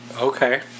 Okay